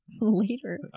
later